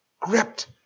Gripped